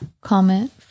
comment